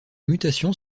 mutations